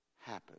happen